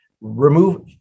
remove